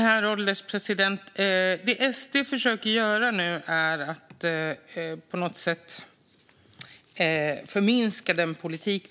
Herr ålderspresident! Det SD försöker göra är att förminska vår politik.